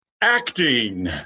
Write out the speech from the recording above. Acting